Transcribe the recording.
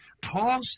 Paul